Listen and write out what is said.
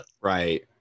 Right